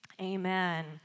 amen